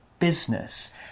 Business